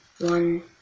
one